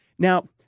Now